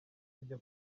kujya